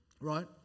right